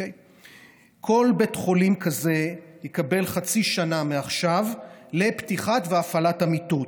כל בית חולים כזה יקבל חצי שנה מעכשיו לפתיחה והפעלה של המיטות,